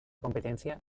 competencia